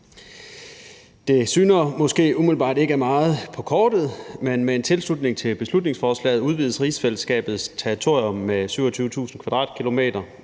Det syner måske umiddelbart ikke af meget på kortet, men med en tilslutning til beslutningsforslaget udvides rigsfællesskabets territorium med 27.000 km2,